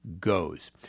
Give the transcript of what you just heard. goes